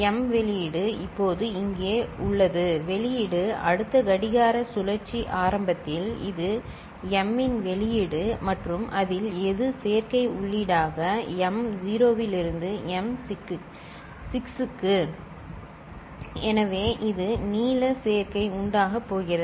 m வெளியீடு இப்போது இங்கே உள்ளது வெளியீடு அடுத்த கடிகார சுழற்சி ஆரம்பத்தில் இது M இன் வெளியீடு மற்றும் அதில் எது சேர்க்கை உள்ளீடாக m0 லிருந்து m6 க்கு எனவே இது நீல சேர்க்கை உள்ளீடாகப் போகிறது